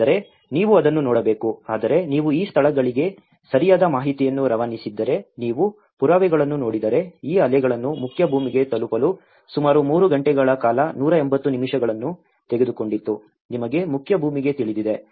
ಆದರೆ ನೀವು ಅದನ್ನು ನೋಡಬೇಕು ಆದರೆ ನೀವು ಈ ಸ್ಥಳಗಳಿಗೆ ಸರಿಯಾದ ಮಾಹಿತಿಯನ್ನು ರವಾನಿಸಿದ್ದರೆ ನೀವು ಪುರಾವೆಗಳನ್ನು ನೋಡಿದರೆ ಈ ಅಲೆಗಳನ್ನು ಮುಖ್ಯಭೂಮಿಗೆ ತಲುಪಲು ಸುಮಾರು 3 ಗಂಟೆಗಳ ಕಾಲ 180 ನಿಮಿಷಗಳನ್ನು ತೆಗೆದುಕೊಂಡಿತು ನಿಮಗೆ ಮುಖ್ಯ ಭೂಮಿಗೆ ತಿಳಿದಿದೆ